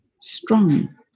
strong